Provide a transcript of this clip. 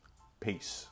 Peace